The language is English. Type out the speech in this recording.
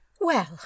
Well